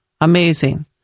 Amazing